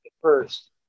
first